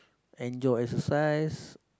enjoy exercise